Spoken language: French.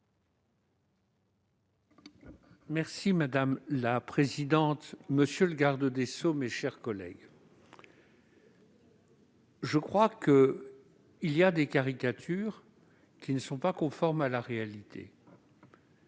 vote. Madame la présidente, monsieur le garde des sceaux, mes chers collègues, il y a des caricatures qui ne sont pas conformes à la réalité.